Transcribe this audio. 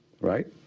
right